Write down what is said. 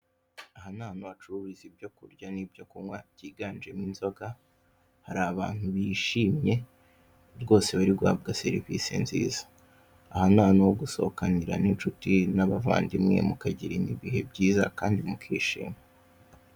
Aha n'ahantu hacururiza ibyokurya n'ibyokunkwa byiganjemo inzoga harabantu bishimye rwose bari guhabwa serivise nziza, ahantu n'ahantu ho gusohokanira n'incuti n'abavandimwe mukagirana ibihe byiza kandi mukishima.